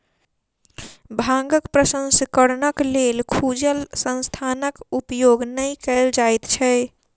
भांगक प्रसंस्करणक लेल खुजल स्थानक उपयोग नै कयल जाइत छै